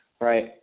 right